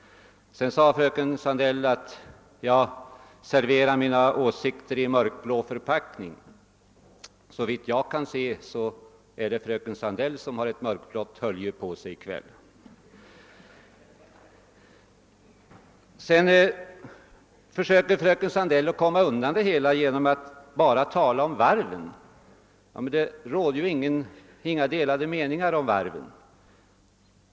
Sedan sade fröken Sandell att jag serverade mina åsikter i mörkblå förpackning. Såvitt jag kan se är det fröken Sandell som har ett mörkblått hölje på sig i kväll. Därefter försökte fröken Sandell komma undan det hela genom att endast tala om varven. Men det råder nu inga delade meningar om varven.